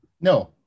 No